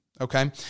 Okay